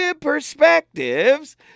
perspectives